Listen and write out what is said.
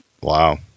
Wow